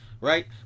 Right